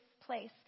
place